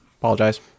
Apologize